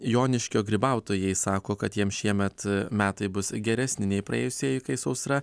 joniškio grybautojai sako kad jiems šiemet metai bus geresni nei praėjusieji kai sausra